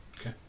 Okay